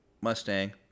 Mustang